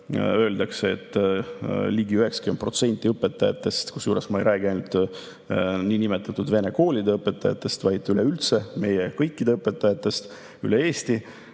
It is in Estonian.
öeldakse, et ligi 90% õpetajatest – kusjuures ma ei räägi ainult niinimetatud vene koolide õpetajatest, vaid üleüldse kõikidest õpetajatest üle Eesti